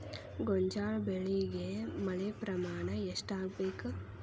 ಗೋಂಜಾಳ ಬೆಳಿಗೆ ಮಳೆ ಪ್ರಮಾಣ ಎಷ್ಟ್ ಆಗ್ಬೇಕ?